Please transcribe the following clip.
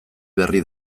berri